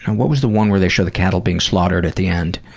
and what was the one where they show the cattle being slaughtered at the end?